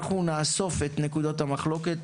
נאסוף את נקודות המחלוקת,